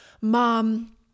mom